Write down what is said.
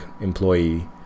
employee